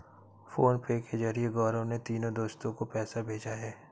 PhonePe के जरिए गौरव ने तीनों दोस्तो को पैसा भेजा है